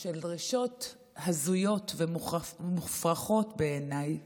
של דרישות הזויות ומופרכות בעיניי